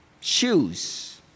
shoes